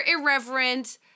irreverent